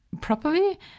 properly